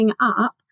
up